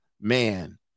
man